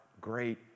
great